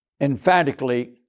emphatically